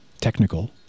technical